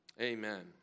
Amen